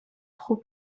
خوب